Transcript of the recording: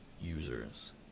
users